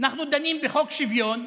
אנחנו דנים בחוק שוויון,